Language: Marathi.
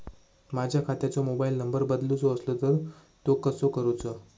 माझ्या खात्याचो मोबाईल नंबर बदलुचो असलो तर तो कसो करूचो?